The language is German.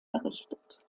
errichtet